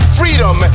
freedom